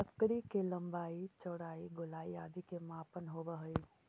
लकड़ी के लम्बाई, चौड़ाई, गोलाई आदि के मापन होवऽ हइ